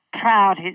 proud